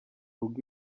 rugo